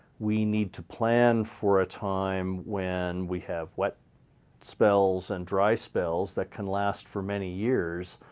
we need to plan for a time when we have wet spells and dry spells that can last for many years,